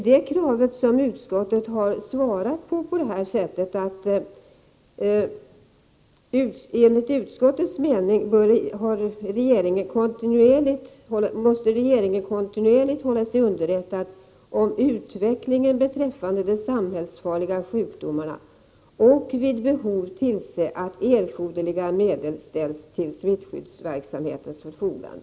Detta krav har utskottet besvarat med att skriva att regeringen kontinuerligt måste ”hålla sig underrättad om utvecklingen beträffande de samhällsfarliga sjukdomarna och vid behov tillse att erforderliga medel ställs till smittskyddsverksamhetens förfogande”.